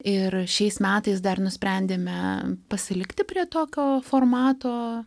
ir šiais metais dar nusprendėme pasilikti prie tokio formato